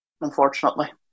Unfortunately